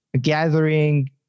gathering